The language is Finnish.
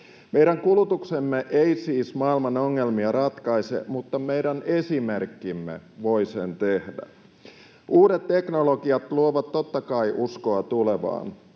Meidän kulutuksemme ei siis maailman ongelmia ratkaise, mutta meidän esimerkkimme voi sen tehdä. Uudet teknologiat luovat totta kai uskoa tulevaan,